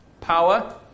power